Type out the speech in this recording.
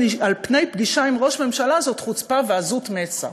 פגישה עם ראש ממשלה זאת חוצפה ועזות מצח.